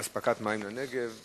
אספקת מים לנגב.